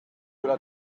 will